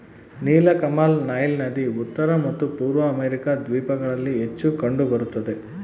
ನೀಲಕಮಲ ನೈಲ್ ನದಿ ಉತ್ತರ ಮತ್ತು ಪೂರ್ವ ಅಮೆರಿಕಾ ದ್ವೀಪಗಳಲ್ಲಿ ಹೆಚ್ಚು ಕಂಡು ಬರುತ್ತದೆ